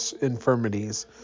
infirmities